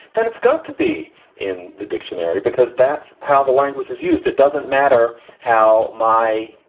then it's got to be in the dictionary because that's how the language is used. it doesn't matter how my,